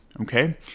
okay